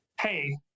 hey